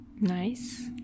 Nice